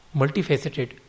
multifaceted